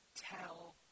tell